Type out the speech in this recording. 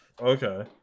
Okay